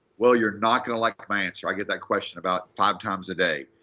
well, you're not going to like my answer. i get that question about five times a day.